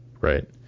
right